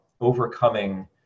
overcoming